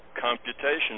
computation